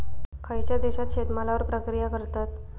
खयच्या देशात शेतमालावर प्रक्रिया करतत?